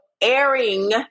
airing